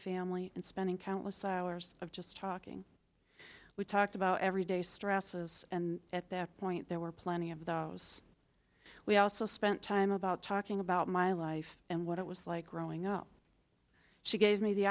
family and spending countless hours of just talking we talked about everyday stresses and at that point there were plenty of the s we also spent time about talking about my life and what it was like growing up she gave me the